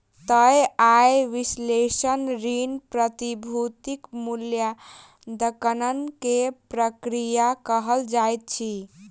तय आय विश्लेषण ऋण, प्रतिभूतिक मूल्याङकन के प्रक्रिया कहल जाइत अछि